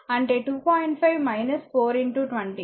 కాబట్టి అంటే 2